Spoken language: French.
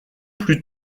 plus